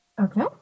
Okay